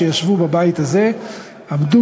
אבל זה עדיין לא קיים בבתי-הדין הרבניים,